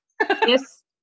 Yes